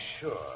sure